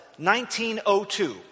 1902